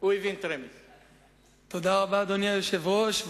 תודה רבה, אדוני היושב-ראש.